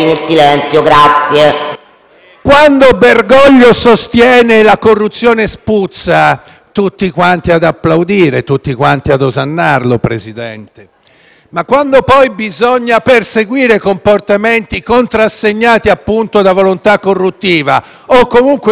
Quando Bergoglio sostiene che la corruzione spuzza, tutti quanti ad applaudire e ad osannarlo, Presidente. Quando poi, però, bisogna perseguire comportamenti contrassegnati appunto da volontà corruttiva o comunque di accettazione di tale volontà,